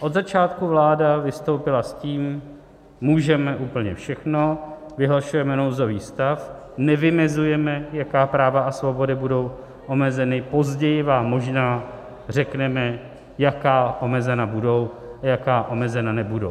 Od začátku vláda vystoupila s tím: můžeme úplně všechno, vyhlašujeme nouzový stav, nevymezujeme, jaká práva a svobody budou omezeny, později vám možná řekneme, jaká omezena budou a jaká omezena nebudou.